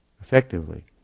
effectively